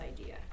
idea